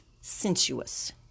sensuous